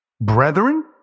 Brethren